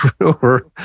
over